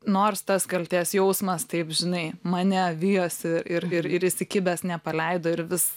nors tas kaltės jausmas taip žinai mane vijosi ir ir ir įsikibęs nepaleido ir vis